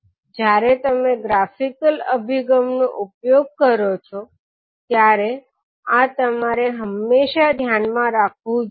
જ્યારે તમે ગ્રાફિકલ અભિગમનો ઉપયોગ કરો છો ત્યારે આ તમારે હંમેશા ધ્યાનમાં રાખવું જોઈએ